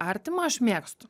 artima aš mėgstu